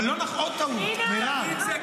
עוד טעות, מירב.